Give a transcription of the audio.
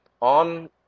On